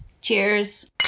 Cheers